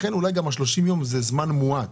לכן אולי גם 30 ימים זה זמן מועט.